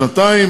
שנתיים,